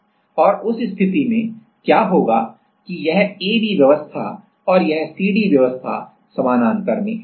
और उस स्थिति में क्या होगा कि यह AB व्यवस्था और यह CD व्यवस्था समानांतर में है